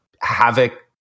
Havoc